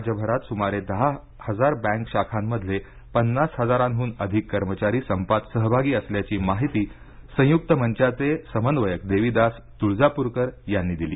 राज्यभरात सुमारे दहा हजार बँक शाखांमधले पन्नास हजाराहून अधिक कर्मचारी संपात सहभागी असल्याची माहिती संयुक्त मंचाचे समन्वयक देविदास तुळजाप्रकर यांनी दिली